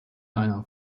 einer